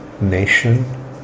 nation